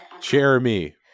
Jeremy